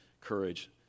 courage